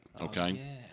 Okay